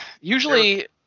Usually